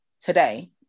today